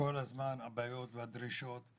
כל הזמן הבעיות והדרישות.